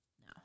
No